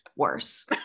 worse